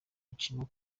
acibwa